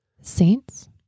Saints